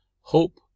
Hope